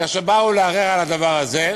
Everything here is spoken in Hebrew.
כאשר באו לערער על הדבר הזה,